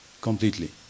completely